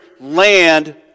land